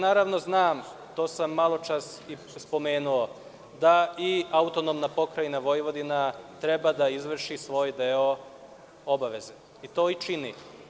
Naravno, znam, to sam maločas spomenuo, da AP Vojvodina treba da izvrši svoj deo obaveze i to i čini.